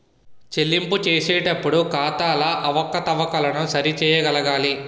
చెల్లింపులు చేసేటప్పుడు ఖాతాల అవకతవకలను సరి చేయగలగాలి